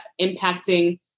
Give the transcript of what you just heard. impacting